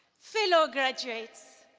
fellow graduates,